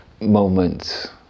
moments